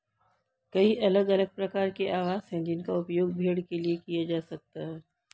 कई अलग अलग प्रकार के आवास हैं जिनका उपयोग भेड़ के लिए किया जा सकता है